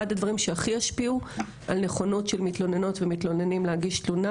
אחד הדברים שהכי השפיעו על נכונות של מתלוננות ומתלוננים להגיש תלונה,